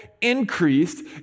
increased